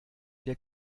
der